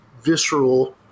visceral